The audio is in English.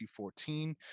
14